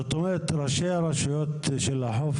למרות שזה בעצם האחריות של הרשויות המקומיות,